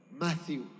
Matthew